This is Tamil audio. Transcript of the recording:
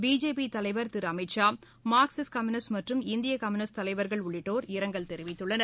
பிஜேபி தலைவர் திருஅமித்ஷா மார்க்சிஸ்ட் கம்யுனிஸ்ட் மற்றும் இந்தியகம்யுனிஸ்ட் தலைவர்கள் உள்ளிட்டோர் இரங்கல் தெரிவித்துள்ளனர்